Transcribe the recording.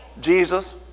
Jesus